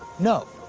no,